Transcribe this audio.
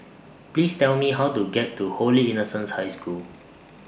Please Tell Me How to get to Holy Innocents' High School